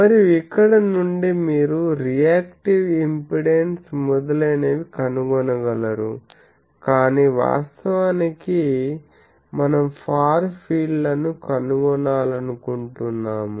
మరియు ఇక్కడ నుండి మీరు రియాక్టివ్ ఇంపెడెన్స్ మొదలైనవి కనుగొనగలరు కానీ వాస్తవానికి మనం ఫార్ ఫీల్డ్ లను కనుగొనాలనుకుంటున్నాము